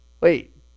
wait